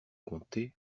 compter